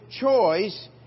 choice